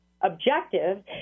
objective